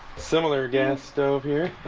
similar gas stove here